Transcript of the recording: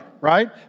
right